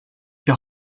jag